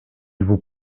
vous